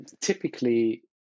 typically